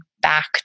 back